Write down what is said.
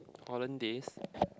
Hollandaise